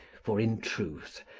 for, in truth,